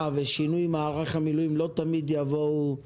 ושינוי מערך המילואים לא תמיד יבואו מלמעלה,